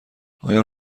آیا